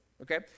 okay